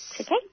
Okay